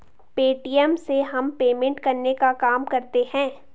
Paytm से हम payment करने का काम करते है